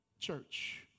church